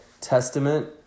Testament